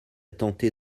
tenté